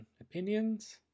opinions